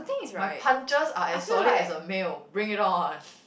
my punches are as solid as a male bring it on